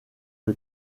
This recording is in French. que